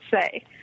say